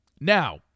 Now